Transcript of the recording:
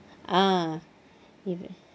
ah either